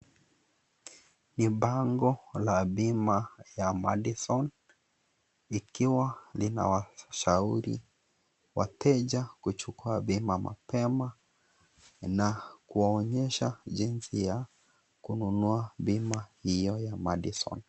Hili ni bango la Bima ya Madison, likiwa limewashauri wateja kuchukua bima mapema na kuwaonyesha jinsi ya kununua bima hiyo ya Madison.